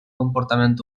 comportament